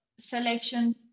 selection